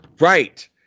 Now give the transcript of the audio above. right